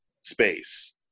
space